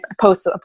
post